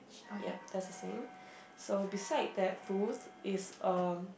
yup that's the same so beside that booth is uh